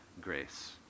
grace